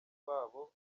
bwabo